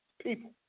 people